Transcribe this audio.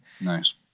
Nice